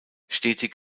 stetig